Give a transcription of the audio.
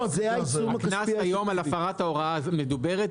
הקנס היום על הפרת ההוראה המדוברת,